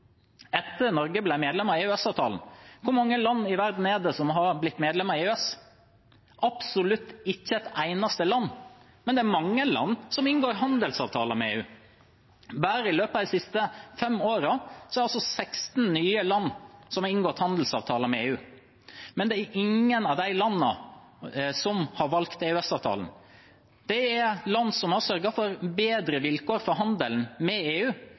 et eneste land. Men det er mange land som inngår handelsavtaler med EU. Bare i løpet av de siste fem årene har 16 nye land inngått handelsavtaler med EU. Men det er ingen av de landene som har valgt EØS-avtalen. Det er land som har sørget for bedre vilkår for handelen med EU,